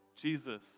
Jesus